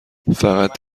فقط